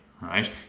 right